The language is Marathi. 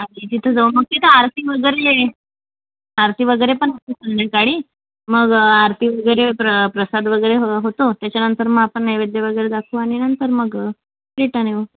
अच्छा तिथे जाऊन मग तिथे आरती वगैरे आहे आरती वगैरे पण असते संध्याकाळी आरती वगैरे प्रसाद वगैरे होतो त्याच्यानंतर मग आपण नैवद्य दाखवू नंतर मग रिटन येऊ